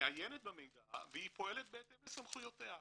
מעיינת במידע והיא פועלת בהתאם לסמכויותיה.